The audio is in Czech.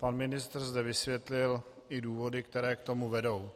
Pan ministr zde vysvětlil i důvody, které k tomu vedou.